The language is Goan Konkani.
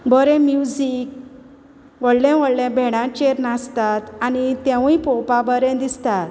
बोरें म्युजीक व्होडलें व्होडलें भॅणाचेर नाचतात आनी तेंवूय पोवपा बरें दिसता